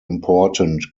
important